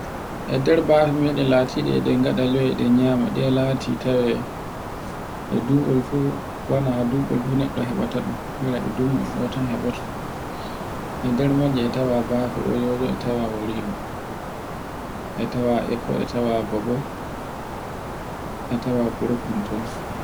e nder bafe meɗen latiɗe e ɗe ngaɗa li'o e ɗe nyama ɗi e lati tawe e duɓol fu, wone e duɓol fu neɗɗo heɓata ɗun. Ira e dungu e ɗo tan heɓoto. E nder majje a tawa bafe oyoyo a tawa wariro e tawa e fuwa e tawa babbo e tawa korkontono.